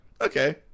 okay